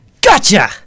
GOTCHA